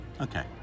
Okay